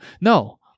no